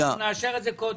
אנו נאשר את זה עוד קודם.